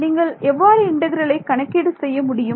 நீங்கள் எவ்வாறு இன்டெக்ரலை கணக்கீடு செய்ய முடியும்